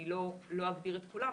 אני לא אגיד את כולן,